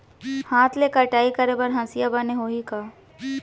हाथ ले कटाई करे बर हसिया बने होही का?